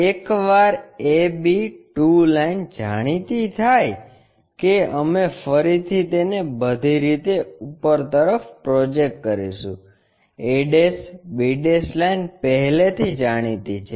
એકવાર a b 2 line જાણીતી થાય કે અમે ફરીથી તેને બધી રીતે ઉપર તરફ પ્રોજેક્ટ કરીશું a b લાઈન પહેલેથી જાણીતી છે